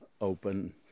open